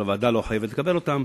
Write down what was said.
אבל הוועדה לא חייבת לקבל אותן.